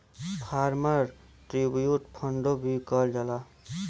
farmer tribute फ़ंडो भी कहल जाला